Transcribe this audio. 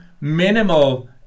minimal